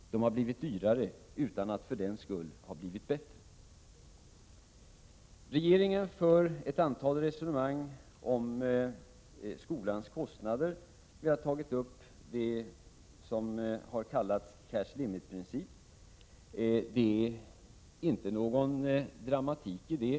Böckerna har blivit dyrare utan att för den skull ha blivit bättre. Regeringen för ett antal resonemang om skolans kostnader. Vi har tagit upp det som kallas cash limit-principen. Det ligger inte någon dramatik i detta.